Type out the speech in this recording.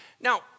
now